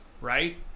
right